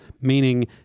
Meaning